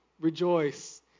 rejoice